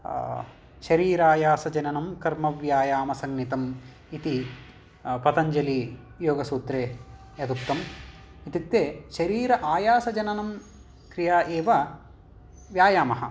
शरीरायासजननं कर्मव्यायामसज्ञितम् इति पतञ्जलियोगसूत्रे यदुक्तम् इत्युक्ते शरीर आयासजननं क्रिया एव व्यायामः